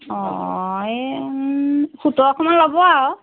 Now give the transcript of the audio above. অঁ এই সোতৰশমান ল'ব আৰু